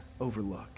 overlook